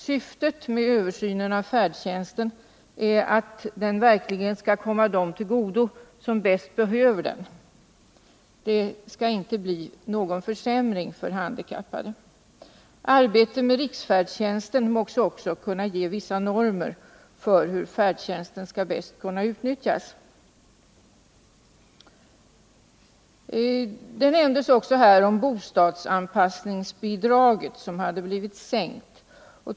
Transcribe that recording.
Syftet med översynen av färdtjänsten är att den verkligen skall komma dem till godo som bäst behöver den. Det skall inte bli någon försämring för handikappade. Arbetet med riksfärdtjänsten måste också kunna ge vissa normer för hur färdtjänsten bäst skall kunna utnyttjas. Här nämndes också bostadsanpassningsbidragen, som skulle ha blivit sämre.